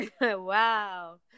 Wow